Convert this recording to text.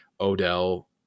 Odell